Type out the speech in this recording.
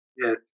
yes